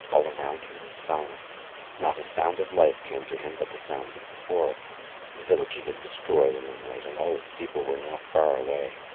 all around him was silence not a sound of life came to him but the sounds of the forest the village had been destroyed in the night and all its people were now far away.